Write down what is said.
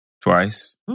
twice